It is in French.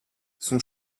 son